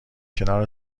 کنار